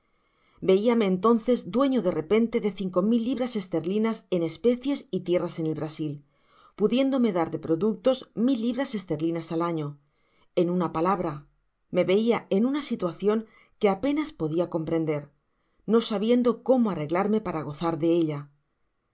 veíame entonces dueño de repente de cinco mil libras esterlinas en especies y tierras en el brasil pudiéndome dar de productos mil libras esterlinas al aüo en una palabra me veia en una situacion que apenas podia comprender no sabiendo cómo arreglarme para gozar de ella